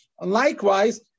Likewise